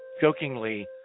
jokingly